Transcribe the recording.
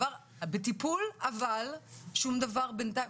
הדבר בטיפול אבל שום דבר בינתיים,